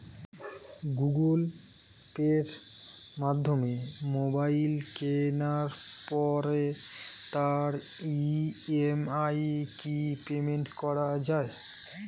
Google পের মাধ্যমে mobile কেনার পরে তার ই.এম.আই কি পেমেন্ট করা যায়?